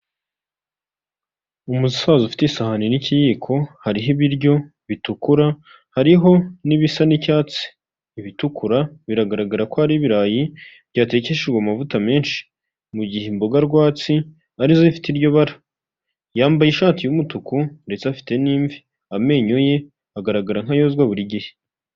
Umusaza ufite isahani n'ikiyiko, hariho ibiryo bitukura, hariho n'ibisa n'icyatsi, ibitukura biragaragara ko hari ibirayi byatekeshijwe amavuta menshi, mu gihe imboga rwatsi ari zo zifite iryo bara, yambaye ishati y'umutuku ndetse afite n'imvi, amenyo ye agaragara nk'ayozwa buri gihe.